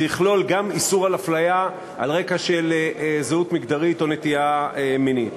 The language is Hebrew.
זה יכלול גם איסור של הפליה על רקע של זהות מגדרית או נטייה מינית.